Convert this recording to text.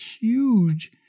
huge